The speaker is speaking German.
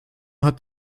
hat